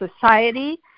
society